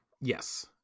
Yes